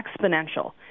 exponential